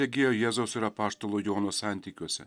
regėjo jėzaus ir apaštalo jono santykiuose